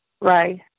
Right